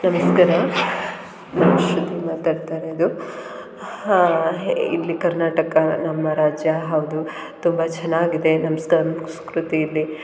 ನಮಸ್ಕಾರ ಶ್ರುತಿ ಮಾತಾಡ್ತಾ ಇರೋದು ಇಲ್ಲಿ ಕರ್ನಾಟಕ ನಮ್ಮ ರಾಜ್ಯ ಹೌದು ತುಂಬ ಚೆನ್ನಾಗಿದೆ ನಮ್ಮ ಸಂಸ್ಕೃತಿ ಇಲ್ಲಿ